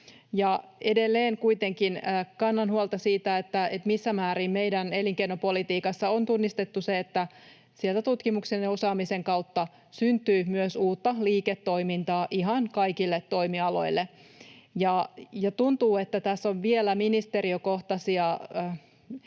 edelleen kannan huolta siitä, että missä määrin meidän elinkeinopolitiikassa on tunnistettu se, että sieltä tutkimuksen ja osaamisen kautta syntyy myös uutta liiketoimintaa ihan kaikille toimialoille. Tuntuu, että tässä on vielä ministeriökohtaisia